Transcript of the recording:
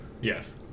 Yes